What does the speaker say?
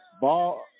ball